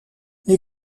les